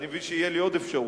אני מבין שתהיה לי עוד אפשרות.